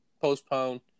postpone